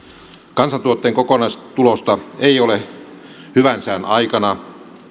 kansantuotteen kokonaistulosta ei ole hyvän sään aikana